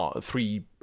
three